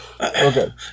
Okay